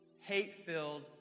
hate-filled